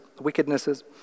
wickednesses